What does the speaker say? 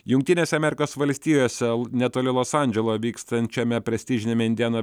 jungtinėse amerikos valstijose netoli los andželo vykstančiame prestižiniame indėno